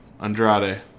Andrade